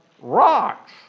rocks